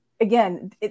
again